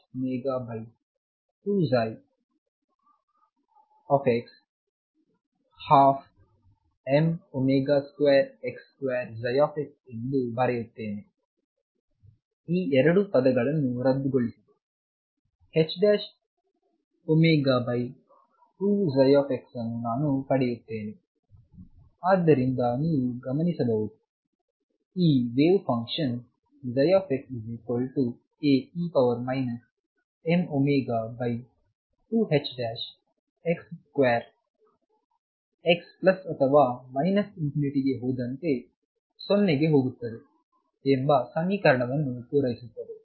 ಮತ್ತು ನಾನು 12m2x2xℏω2x12m2x2 ಪಡೆಯುತ್ತೇನೆಈ ಎರಡು ಪದಗಳನ್ನು ರದ್ದುಗೊಳಿಸಿದೆ ℏω2x ಅನ್ನು ನಾನು ಪಡೆಯುತ್ತೇನೆ ಆದ್ದರಿಂದ ನೀವು ಗಮನಿಸಬಹುದು ಈ wave function xAe mω2ℏx2 x plus ಅಥವಾ ಮೈನಸ್ ಇನ್ಫಿನಿಟಿಗೆ ಹೋದಂತೆ 0 ಗೆ ಹೋಗುತ್ತದೆ ಎಂಬ ಸಮೀಕರಣವನ್ನು ಪೂರೈಸುತ್ತದೆ